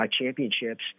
championships